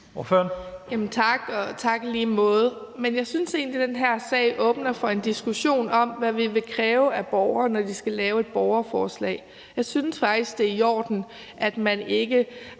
Tak, og i lige måde. Men jeg synes egentlig, at den her sag åbner for en diskussion om, hvad vi vil kræve af borgerne, når de skal lave et borgerforslag. Jeg synes faktisk, at det er i orden, at man ikke